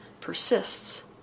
persists